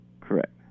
Correct